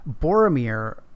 Boromir